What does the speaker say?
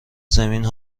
زمین